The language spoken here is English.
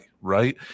Right